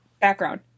background